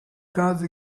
gase